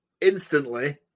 Instantly